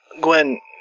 Gwen